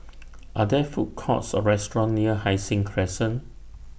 Are There Food Courts Or restaurants near Hai Sing Crescent